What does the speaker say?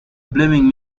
blaming